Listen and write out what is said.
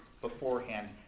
beforehand